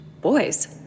boys